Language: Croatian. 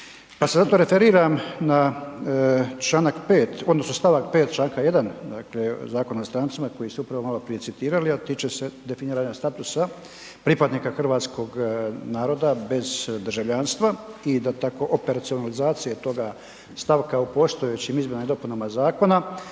Pa se zato referiram na čl. 5. odnosno st. 5. čl. 1., dakle Zakona o strancima koji ste upravo maloprije citirali, a tiče se definiranja statusa pripadnika hrvatskog naroda bez državljanstva i da tako operacionalizacije toga stavka u postojećim izmjenama i dopunama zakona,